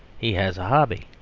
he has a hobby,